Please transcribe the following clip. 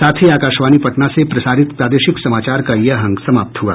इसके साथ ही आकाशवाणी पटना से प्रसारित प्रादेशिक समाचार का ये अंक समाप्त हुआ